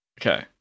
Okay